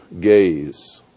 gaze